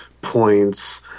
points